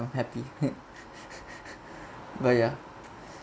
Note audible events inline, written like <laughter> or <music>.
I'm happy <laughs> but yeah